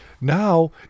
now